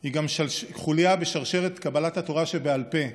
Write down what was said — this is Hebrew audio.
היא גם חוליה בשרשרת קבלת התורה שבעל פה,